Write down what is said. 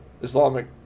Islamic